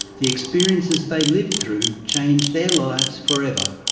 the experiences they lived through changed their lives forever.